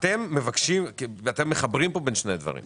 ואתם מחברים פה בין שני דברים,